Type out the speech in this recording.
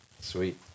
sweet